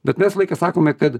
bet mes laiką sakome kad